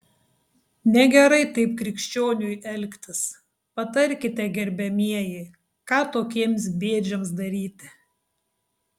negerai taip krikščioniui elgtis patarkite gerbiamieji ką tokiems bėdžiams daryti